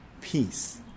peace